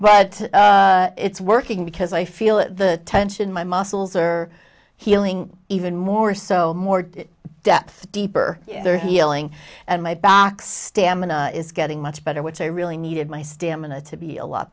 but it's working because i feel the tension my muscles are healing even more so more depth deeper healing and my box stamina is getting much better which i really needed my stamina to be a lot